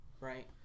right